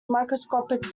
microscopic